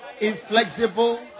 inflexible